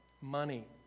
money